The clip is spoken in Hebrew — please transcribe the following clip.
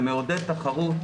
זה מעודד תחרות,